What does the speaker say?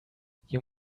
you